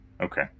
Okay